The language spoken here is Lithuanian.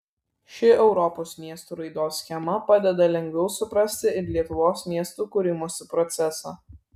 ši europos miestų raidos schema padeda lengviau suprasti ir lietuvos miestų kūrimosi procesą